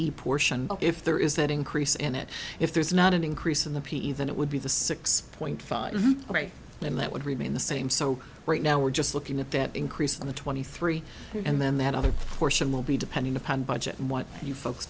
c if there is that increase in it if there's not an increase in the p e then it would be the six point five right then that would remain the same so right now we're just looking at that increase in the twenty three and then that other portion will be depending upon budget what you folks